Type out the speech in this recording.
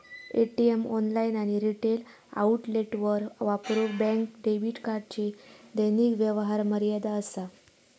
ATM, online आणि retail आउटलेटवर वापरूक बँक डेबिट कार्डची दैनिक व्यवहार मर्यादा असा